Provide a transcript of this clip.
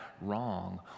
wrong